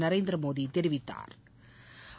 நரேந்திரமோடி தெரிவித்தாா்